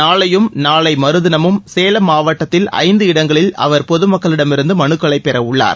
நாளையும் நாளை மறுதினமும் சேலம் மாவட்டத்தில் ஐந்து இடங்களில் அவர் பொது மக்களிடமிருந்து மனுக்களை பெற உள்ளார்